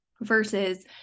Versus